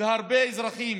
והרבה אזרחים